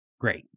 great